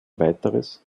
weiteres